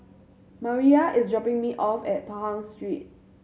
Mariyah is dropping me off at Pahang Street